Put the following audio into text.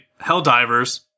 Helldivers